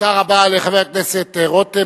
תודה רבה לחבר הכנסת דוד רותם.